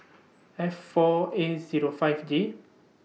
F four A Zero five J